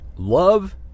Love